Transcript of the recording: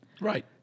Right